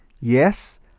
Yes